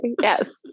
Yes